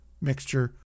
mixture